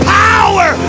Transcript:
power